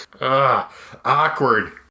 Awkward